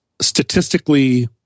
statistically